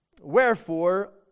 Wherefore